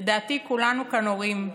לחשוב רגע, לדעתי, כולנו כאן הורים,